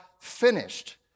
finished